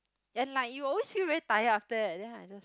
and like you always feel very tired after that then I just